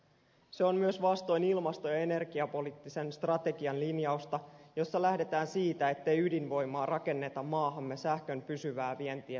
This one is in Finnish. se on myös vastoin ilmasto ja energiapoliittisen strategian linjausta jossa lähdetään siitä ettei ydinvoimaa rakenneta maahamme sähkön pysyvää vientiä silmällä pitäen